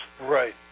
Right